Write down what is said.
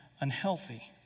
unhealthy